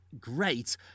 great